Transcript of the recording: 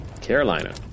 Carolina